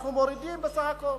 אנחנו מורידים בסך הכול.